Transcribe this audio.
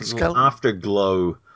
afterglow